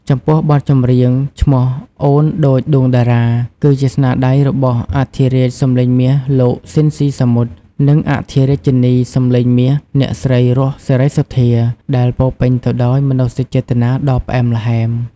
ចំពោះ បទចម្រៀង ឈ្មោះអូនដូចដួងតារា គឺជាស្នាដៃរបស់អធិរាជសំឡេងមាស លោក ស៊ីន ស៊ីសាមុត និងអធិរាជិនីសំឡេងមាស អ្នកស្រី រស់ សេរីសុទ្ធា ដែលពោរពេញទៅដោយមនោសញ្ចេតនាដ៏ផ្អែមល្ហែម។